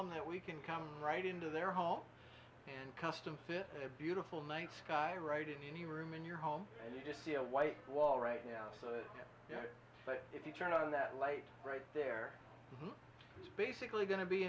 them that we can come right into their home and custom fit a beautiful night sky right in any room in your home and you just see a white wall right now but if you turn on that light right there it's basically going to be